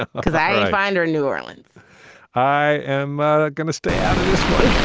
because i find her new orleans i am ah going to stay out of this one.